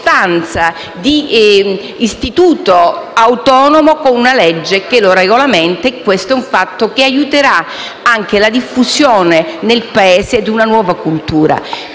di istituto autonomo con una legge che lo regolamenta e questo è un fatto che aiuterà anche la diffusione nel Paese di una nuova cultura.